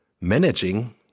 managing